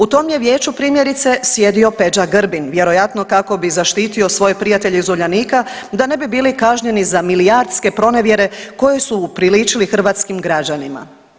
U tom je vijeću primjerice sjedio Peđa Grbin vjerojatno kako bi zaštitio svoje prijatelje iz Uljanika da ne bi bili kažnjeni za milijardske pronevjere koje su upriličili hrvatskim građanima.